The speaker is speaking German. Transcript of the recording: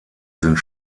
sind